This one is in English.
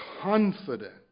confident